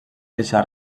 deixar